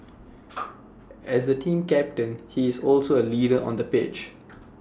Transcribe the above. as the team captain he is also A leader on the pitch